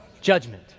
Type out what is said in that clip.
judgment